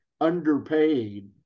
underpaid